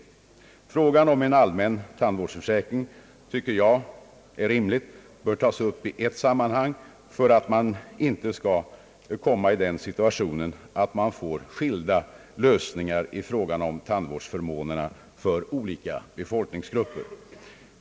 Jag tycker det är rimligt att frågan om en allmän tandvårdsförsäkring tas upp i ett sammanhang för att därmed undvika den situationen att man får skilda lösningar i fråga om tandvårdsförmånerna för olika befolkningsgrupper.